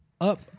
Up